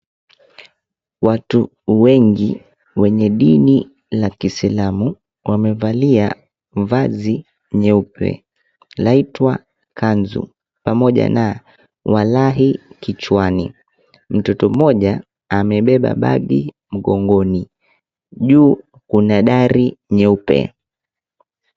Watu wengi wenye dini la Kiislamu wamevalia vazi nyeupe inaitwa kanzu pamoja na walahi kichwani, mtoto moja amebeba bagi mgongoni juu kuna dari nyeupe.